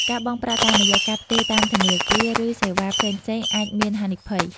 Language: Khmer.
ការបង់ប្រាក់តាមរយៈការផ្ទេរតាមធនាគារ ឬសេវាផ្សេងៗអាចមានហានិភ័យ។